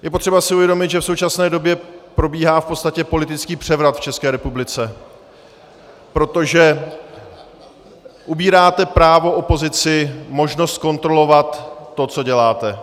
Je potřeba si uvědomit, že v současné době probíhá v podstatě politický převrat v České republice, protože ubíráte právo opozici, možnost kontrolovat to, co děláte.